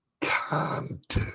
content